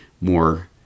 more